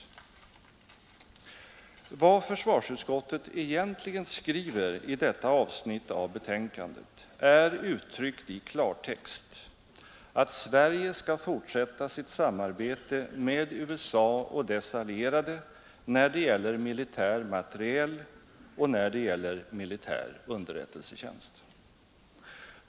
Vad försvarsutskottet egentligen skriver i detta avsnitt av betänkandet är, uttryckt i klartext, att Sverige skall fortsätta sitt samarbete med USA och dess allierade när det gäller militär materiel och militär underrättelsetjänst.